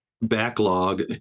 backlog